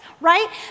right